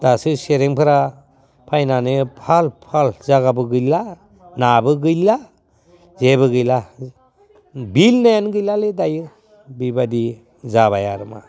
दासो सेरेंफोरा फायनानै फाल फाल जायगाबो गैला नाबो गैला जेबो गैला बिलो होननायानो गैलालै दायो बेबादि जाबाय आरो मा